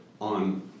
on